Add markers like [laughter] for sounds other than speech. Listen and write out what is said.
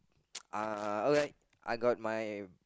[noise] uh okay I got my